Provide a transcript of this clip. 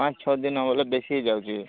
ପାଞ୍ଚ ଛଅ ଦିନ ହେଲେ ବେଶୀ ହୋଇଯାଉଛି